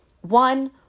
one